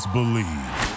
Believe